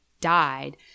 died